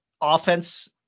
offense